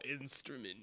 instrument